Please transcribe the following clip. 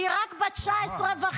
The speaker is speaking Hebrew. שהיא רק בת 19 וחצי